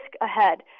ahead